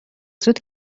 زود